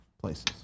places